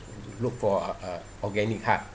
look for a organic heart